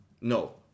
No